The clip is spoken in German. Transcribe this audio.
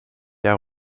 der